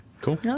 Cool